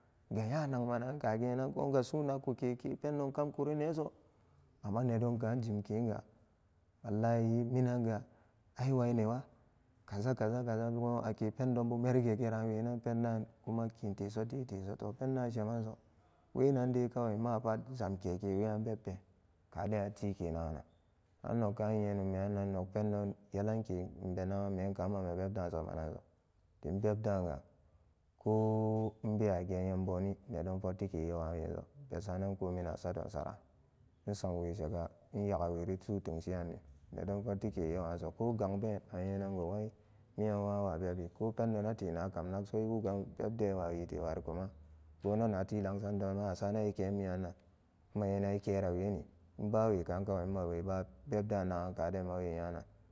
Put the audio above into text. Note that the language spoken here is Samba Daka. Ga nya nakmanan kagena gomga suu nuk ku ke ke pendon kamikurineeso amma nedon kaan jimkeenga wallahi minanga a wai ne wa kaza kaza goon a ke pendo n merigerannan pendaan kiin teso tii teso suemanso weyan demapat samke ke ke weyan bebbeeen kaaden atike naganan annok kaan nyenuman nok pendo yelanke mbe nyena karan ma bebdaan samananso don beb daan ga koo nbewa geen nyam boni nedon foffike yewaan weso be saran ko mina sadon saraan nsam weshega nyagawe ri su teshiranni neddon fotti ke yewa anso ko gang been anyenango ma miyan ma wa bebi kopen donate nakam nagso iwuga bebbe wa wite wasikowa goonnanati lana san don ma a sarana i keem miyannan nmanyenan ikera weeni i bewe kan mmaba beb daan magan kaden mawe nyanan.